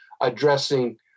addressing